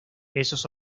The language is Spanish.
esos